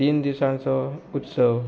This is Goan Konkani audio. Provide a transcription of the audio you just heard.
तीन दिसांचो उत्सव